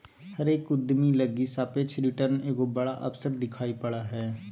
हरेक उद्यमी लगी सापेक्ष रिटर्न एगो बड़ा अवसर दिखाई पड़ा हइ